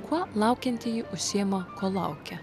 kuo laukiantieji užsiima kol laukia